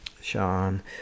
Sean